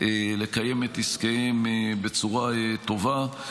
לקיים את עסקיהם בצורה טובה.